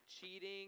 cheating